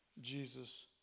Jesus